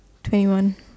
twenty one